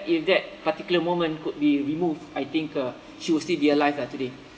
if that particular moment could be removed I think uh she will still be alive lah today